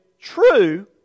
true